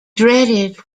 dreaded